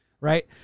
Right